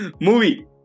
Movie